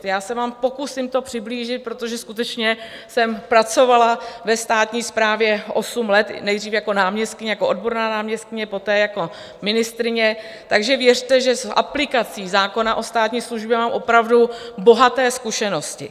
Já se vám pokusím to přiblížit, protože skutečně jsem pracovala ve státní správě osm let, nejdřív jako náměstkyně, jako odborná náměstkyně, poté jako ministryně, takže věřte, že s aplikací zákona o státní službě mám opravdu bohaté zkušenosti.